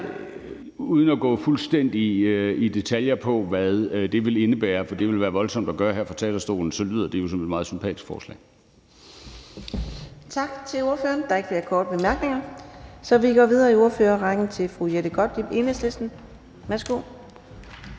Uden at gå fuldstændig i detaljer, med hensyn til hvad det vil indebære, for det ville være voldsomt at gøre her fra talerstolen, så lyder det jo som et meget sympatisk forslag. Kl. 15:04 Fjerde næstformand (Karina Adsbøl): Tak til ordføreren. Der er ikke flere korte bemærkninger, så vi går videre i ordførerrækken til fru Jette Gottlieb, Enhedslisten. Værsgo.